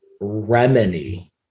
remedy